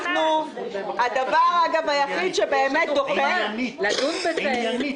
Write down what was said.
הדבר היחיד שבאמת מביא את זה,